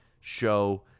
show